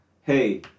hey